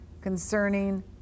concerning